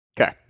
Okay